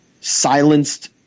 silenced